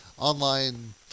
Online